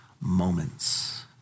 moments